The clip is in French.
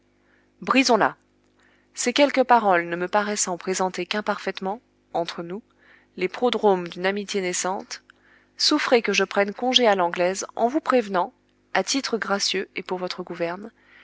brisons là ces quelques paroles ne me paraissant présenter qu'imparfaitement entre nous les prodromes d'une amitié naissante souffrez que je prenne congé à l'anglaise en vous prévenant à titre gracieux et pour votre gouverne